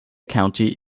county